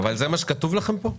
אבל זה מה שכתוב לכם כאן?